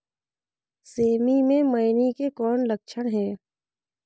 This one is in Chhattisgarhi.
सेमी मे मईनी के कौन लक्षण हे?